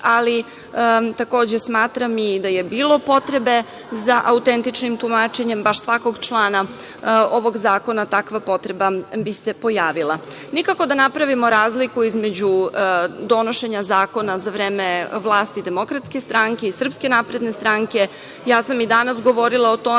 ali takođe smatram i da je bilo potrebe za autentičnim tumačenjem baš svakog člana ovog zakona, takva potreba bi se pojavila. Nikako da napravimo razliku između donošenja zakona za vreme vlasti DS i SNS. Ja sam i danas govorila o tome,